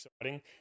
exciting